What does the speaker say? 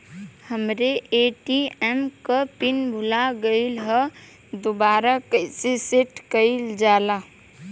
हमरे ए.टी.एम क पिन भूला गईलह दुबारा कईसे सेट कइलजाला?